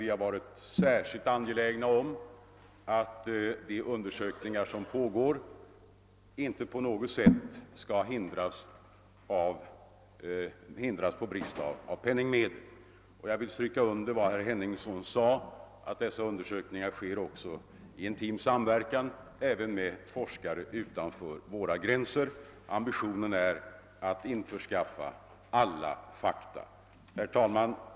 Vi har varit särskilt angelägna om att de undersökningar som pågår inte på något sätt skall hindras på grund av brist på penningmedel. Och jag vill stryka under vad herr Henningsson sade, nämligen att dessa undersökningar sker i samverkan även med forskare utanför våra gränser. Ambitionen är att införskaffa alla fakta. Herr talman!